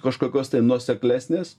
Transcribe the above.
kažkokios nuoseklesnės